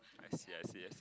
I see I see I see